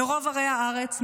מרוב ערי הארץ,